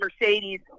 Mercedes